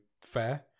Fair